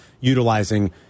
utilizing